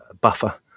Buffer